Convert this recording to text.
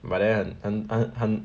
but then 很很很